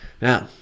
Now